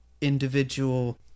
individual